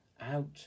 out